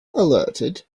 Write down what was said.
alerted